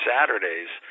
Saturdays